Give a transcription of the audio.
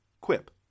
Quip